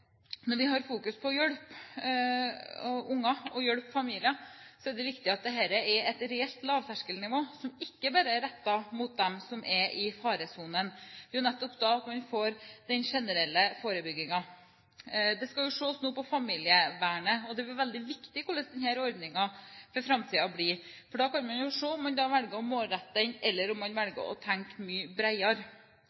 at dette er et reelt lavterskeltilbud, som ikke bare er rettet mot dem som er i faresonen. Det er nettopp da at man får den generelle forebyggingen. Det skal jo nå ses på familievernet, og det er veldig viktig hvordan denne ordningen blir i framtiden. Da kan man jo se på om man velger å målrette den, eller om man